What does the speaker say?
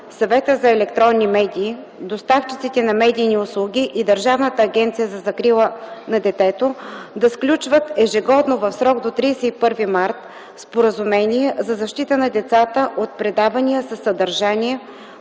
Съветът за електронни медии, доставчиците на медийни услуги и Държавната агенция за закрила на детето да сключват ежегодно в срок до 31 март споразумение за защита на децата от предавания със съдържание,